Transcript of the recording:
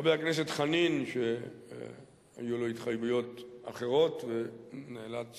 חבר הכנסת חנין, שהיו לו התחייבויות אחרות ונאלץ